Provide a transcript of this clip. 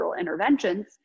interventions